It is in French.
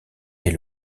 est